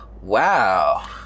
Wow